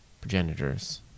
progenitors